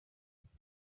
ati